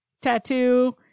tattoo